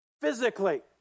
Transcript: physically